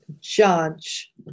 judge